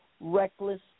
reckless